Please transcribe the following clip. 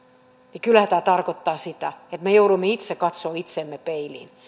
niin kyllähän tämä tarkoittaa sitä että me joudumme itse katsomaan itseämme peiliin